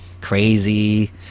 crazy